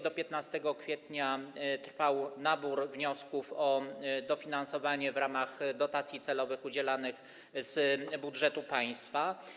Do 15 kwietnia trwał nabór wniosków o dofinansowanie w ramach dotacji celowych udzielanych z budżetu państwa.